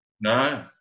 No